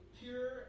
pure